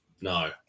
no